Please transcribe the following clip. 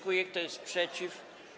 Kto jest przeciw?